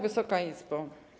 Wysoka Izbo!